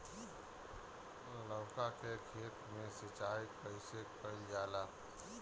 लउका के खेत मे सिचाई कईसे कइल जाला?